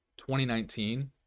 2019